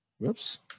whoops